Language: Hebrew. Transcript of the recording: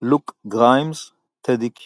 לוק גריימס - טדי קיו.